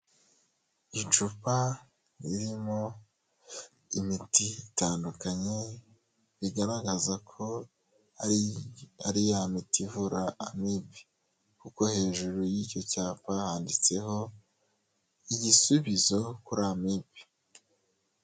Icupa ririmo imiti itandukanye rigaragaza ko ari ya miti ivura amibe, kuko hejuru y'icyo cyapa handitseho igisubizo kuri amibe.